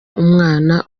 umwana